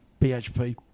BHP